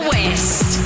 West